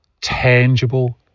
tangible